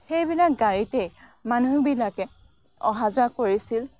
সেইবিলাক গাড়ীতে মানুহবিলাকে অহা যোৱা কৰিছিল